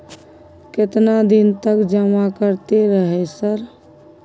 केतना दिन तक जमा करते रहे सर?